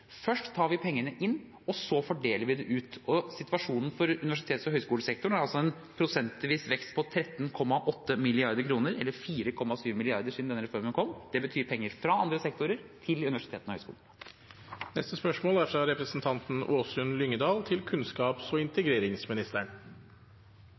Først tar vi pengene inn, og så fordeler vi dem ut. Situasjonen for universitets- og høyskolesektoren er en prosentvis vekst på 13,8 pst., eller 4,7 mrd. kr, siden denne reformen kom. Det betyr penger fra andre sektorer til universitetene og høyskolene. «Stiftelsen Narviksenteret driver med formidling, dokumentasjon og forskning på spørsmål knyttet til krig og